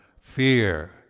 fear